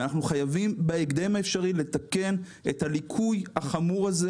אנחנו חייבים בהקדם האפשרי לתקן את הליקוי החמור הזה.